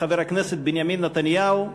חבר הכנסת בנימין נתניהו,